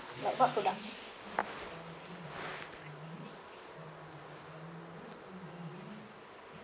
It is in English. like what product